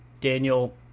daniel